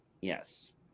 Yes